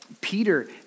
Peter